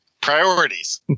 priorities